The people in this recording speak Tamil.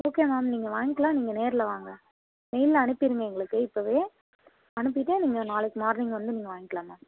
ஓகே மேம் நீங்கள் வாங்கிக்கலாம் நீங்கள் நேரில் வாங்க மெயிலில் அனுப்பிருங்க எங்களுக்கு இப்போவே அனுப்பிவிட்டு நீங்கள் நாளைக்கு மார்னிங் வந்து நீங்கள் வாங்கிக்கலாம் மேம்